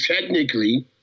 technically